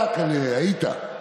אתה, כנראה, היית,